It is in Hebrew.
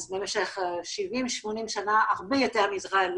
אז במשך 80-70 שנה הרבה יותר מישראל,